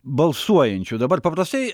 balsuojančių dabar paprastai